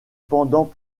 pendant